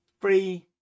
three